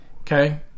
okay